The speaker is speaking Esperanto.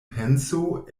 penso